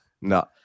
no